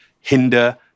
hinder